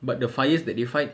but the fires that they fight